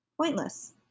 pointless